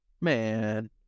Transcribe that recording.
Man